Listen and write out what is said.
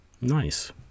nice